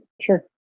Sure